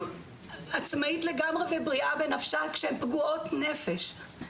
עצמאית לגמרי ובריאה בנפשה כשהן פגועות נפש.